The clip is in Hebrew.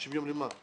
60 יום למה?